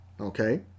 okay